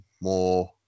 more